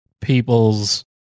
people's